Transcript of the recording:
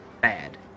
bad